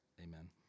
amen